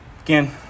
Again